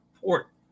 port